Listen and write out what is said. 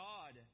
God